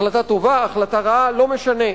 החלטה טובה, החלטה רעה, לא משנה.